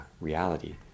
reality